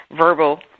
verbal